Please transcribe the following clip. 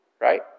right